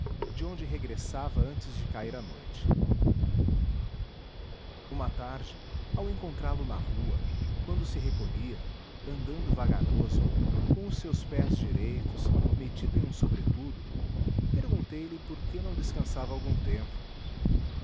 de onde regressava antes de cair a noite uma tarde ao encontrá-lo na rua quando se recolhia andando vagaroso com os seus pés direitos metido em um sobretudo perguntei-lhe por que não descansava algum tempo